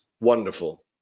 Wonderful